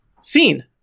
scene